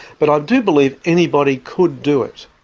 but i do believe anybody could do it.